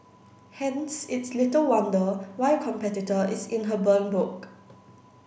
hence it's little wonder why a competitor is in her burn book